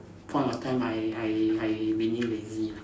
point of time I I I really lazy